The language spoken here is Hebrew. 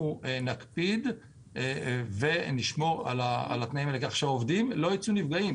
נקפיד ונשמור על התנאים האלה כך שהעובדים לא ייצאו נפגעים.